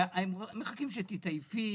הם מחכים שתתעייפי,